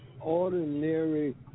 ordinary